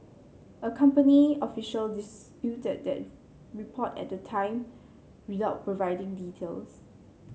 a company official disputed that report at the time without providing details